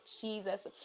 Jesus